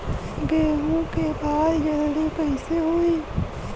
गेहूँ के बाल जल्दी कईसे होई?